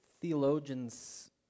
theologians